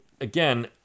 again